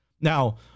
Now